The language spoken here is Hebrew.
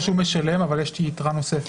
או שהוא משלם אבל יש יתרה נוספת.